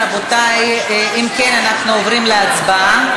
רבותי, אם כן, אנחנו עוברים להצבעה.